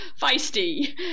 feisty